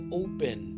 open